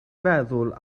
feddwl